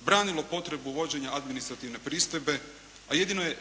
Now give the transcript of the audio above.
branilo potrebu uvođenja administrativne pristojbe, a jedino je